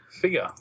figure